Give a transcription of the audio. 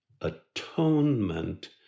atonement